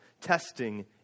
testing